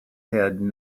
had